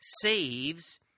saves